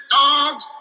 dogs